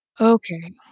Okay